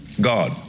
God